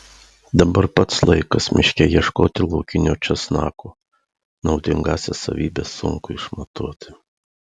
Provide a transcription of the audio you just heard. dabar pats laikas miške ieškoti laukinio česnako naudingąsias savybes sunku išmatuoti